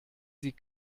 sie